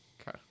okay